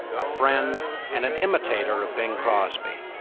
a friend, and an imitator of bing crosby.